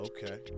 Okay